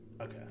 Okay